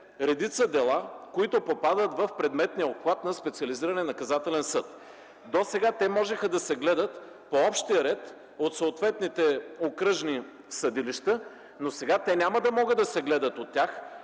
редица дела, които попадат в предметния обхват на специализирания наказателен съд. Досега те можеха да се гледат по общия ред от съответните окръжни съдилища, но сега те няма да могат да се гледат от тях,